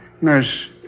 Nurse